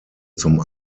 zum